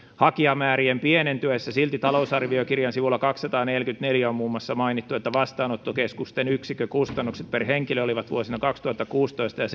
hakijamäärien pienentyessä silti talousarviokirjan sivulla kaksisataaneljäkymmentäneljä on muun muassa mainittu että vastaanottokeskusten yksikkökustannukset per henkilö olivat seitsemäntoistatuhatta euroa vuosina kaksituhattakuusitoista ja